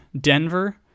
Denver